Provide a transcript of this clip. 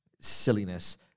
silliness